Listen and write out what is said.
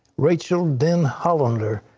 rachael denhollander,